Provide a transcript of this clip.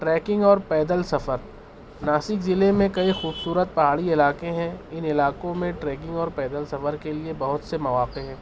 tracking اور پیدل سفر ناسک ضلعے میں کئی خوبصورت پہاڑی علاقے ہیں ان علاقوں میں ٹریکنگ اور پیدل سفر کے لیے بہت سے مواقع ہیں